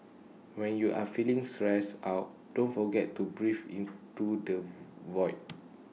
when you are feeling stressed out don't forget to breathe into the void